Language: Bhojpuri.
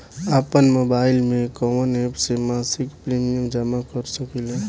आपनमोबाइल में कवन एप से मासिक प्रिमियम जमा कर सकिले?